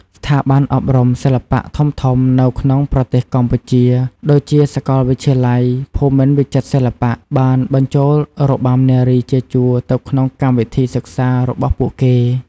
ស្ថាប័នអប់រំសិល្បៈធំៗនៅក្នុងប្រទេសកម្ពុជា ដូចជាសាកលវិទ្យាល័យភូមិន្ទវិចិត្រសិល្បៈ បានបញ្ចូលរបាំនារីជាជួរទៅក្នុងកម្មវិធីសិក្សារបស់ពួកគេ។